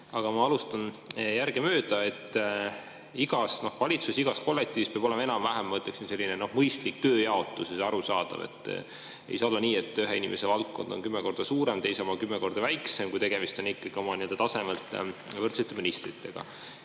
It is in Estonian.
Aga ma võtan järgemööda. Igas valitsuses, igas kollektiivis peab olema enam-vähem, ma ütleksin, mõistlik, arusaadav tööjaotus. Ei saa olla nii, et ühe inimese valdkond on kümme korda suurem, teise oma kümme korda väiksem, kui tegemist on ikkagi oma tasemelt võrdsete ministritega.